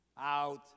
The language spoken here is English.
Out